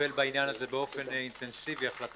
לטפל בעניין הזה באופן אינטנסיבי היא החלטה